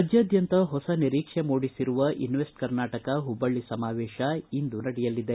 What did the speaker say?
ರಾಜ್ಯಾದ್ಯಂತ ಹೊಸ ನಿರೀಕ್ಷೆ ಮೂಡಿಸಿರುವ ಇನ್ನೆಸ್ಟ್ ಕರ್ನಾಟಕ ಹುಬ್ಬಳ್ಳಿ ಸಮಾವೇಶ ಇಂದು ನಡೆಯಲಿದೆ